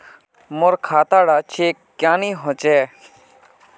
मोर खाता डा चेक क्यानी होचए?